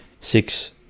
six